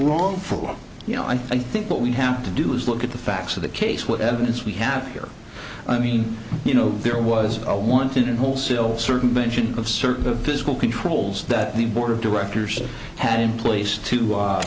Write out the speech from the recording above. wrongful you know i think what we have to do is look at the facts of the case what evidence we have here i mean you know there was a wanted in whole still circumvention of certain physical controls that the board of directors had in place to